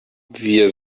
wir